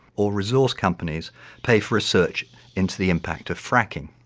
or resource companies pay for research into the impact of fracking.